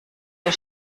der